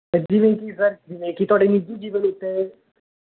ਜਿਵੇਂ ਕੀ ਸਰ ਜਿਵੇਂ ਕੀ ਤੁਹਾਡੇ ਨਿੱਜੀ ਜੀਵਨ ਉੱਤੇ